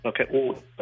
Okay